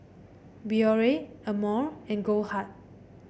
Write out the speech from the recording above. Biore Amore and Goldheart